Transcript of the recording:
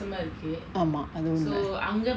ஆமா அது உண்ம:aama athu unma